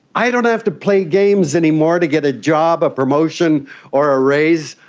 i don't have to play games anymore to get a job, a promotion or a raise,